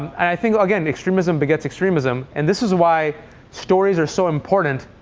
and i think, again, extremism begets extremism. and this is why stories are so important,